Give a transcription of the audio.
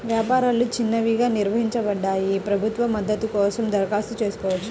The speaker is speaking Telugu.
వ్యాపారాలు చిన్నవిగా నిర్వచించబడ్డాయి, ప్రభుత్వ మద్దతు కోసం దరఖాస్తు చేసుకోవచ్చు